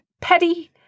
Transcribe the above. petty –